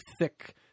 thick